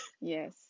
Yes